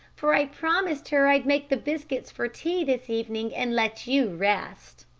for i promised her i'd make the biscuits for tea this evening and let you rest.